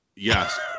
Yes